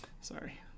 sorry